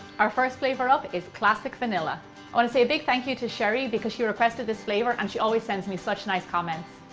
our first flavor up is classic vanilla. i want to say a big thank you to sherry because she requested this flavor and she always sends me such nice comments.